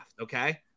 okay